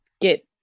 get